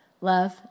Love